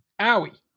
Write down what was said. Owie